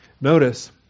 Notice